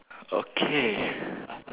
okay